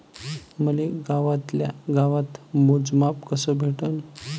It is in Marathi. मले गावातल्या गावात मोजमाप कस भेटन?